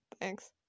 Thanks